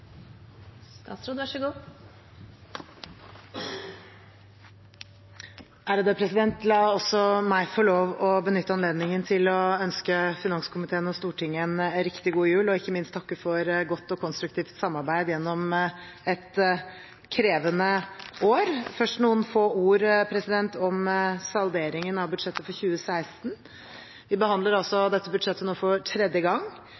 La også meg få lov til å benytte anledningen til å ønske finanskomiteen og Stortinget en riktig god jul, og ikke minst takke for godt og konstruktivt samarbeid gjennom et krevende år. Først noen få ord om salderingen av budsjettet for 2016: Vi behandler altså dette budsjettet for tredje gang.